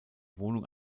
wohnung